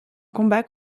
combat